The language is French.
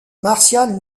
martial